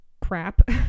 crap